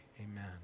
Amen